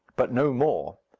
but no more.